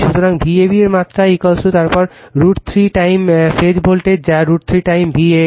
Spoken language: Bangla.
সুতরাং Vab এর মাত্রা তারপর √ 3 টাইম ফেজ ভোল্টেজ যা √ 3 টাইম VAN